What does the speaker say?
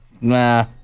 Nah